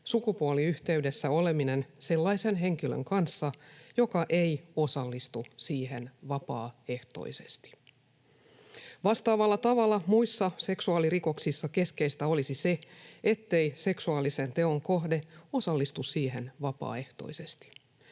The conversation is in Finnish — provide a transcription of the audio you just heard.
sukupuoliyhteydessä oleminen sellaisen henkilön kanssa, joka ei osallistu siihen vapaaehtoisesti. Vastaavalla tavalla muissa seksuaalirikoksissa keskeistä olisi se, ettei seksuaalisen teon kohde osallistu siihen vapaaehtoisesti.